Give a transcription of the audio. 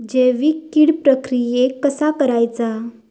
जैविक कीड प्रक्रियेक कसा करायचा?